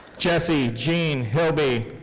jesse jean hilby.